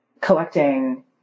collecting